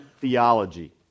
theology